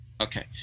okay